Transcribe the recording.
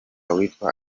witwa